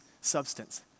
substance